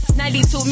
92